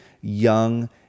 young